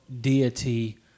deity